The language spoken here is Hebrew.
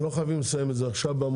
לא חייבים לסיים את זה עכשיו.